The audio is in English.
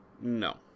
No